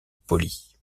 polie